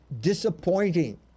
disappointing